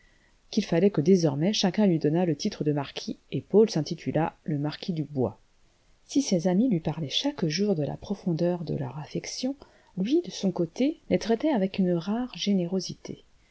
qu'il fallait que désormais chacun lui donnât le titre de marquis et paul s'intitula le marquis dubois si ses amis lui parlaient chaque jour de la profondeur de leur affection lui de son côté les traitait avec une rare générosité